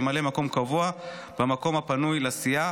במקום חבר הכנסת עמית הלוי יכהן חבר הכנסת ששון ששי גואטה.